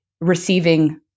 receiving